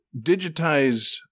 digitized